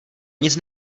nic